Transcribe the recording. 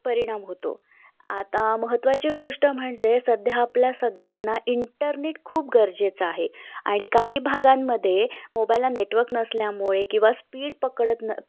परिणाम होतो आता महत्त्वाची गोष्ट म्हणजे सध्या आपल्या सगळ्यांना इंटरनेट खूप गरजेचं आहे आणि काही भागांमध्ये मोबाईलला नेटवर्क नसल्यामुळे किंवा स्पीड पकडत न